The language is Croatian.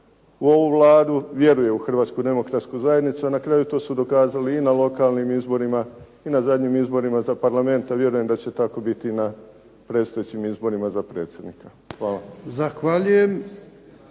u ovu Vladu, vjeruje u Hrvatsku demokratsku zajednicu, a na kraju to su dokazali i na lokalnim izborima i na zadnjim izborima za Parlament, a vjerujem da će tako biti i na predstojećim izborima za predsjednika. Hvala.